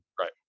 right